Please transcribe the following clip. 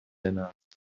نفت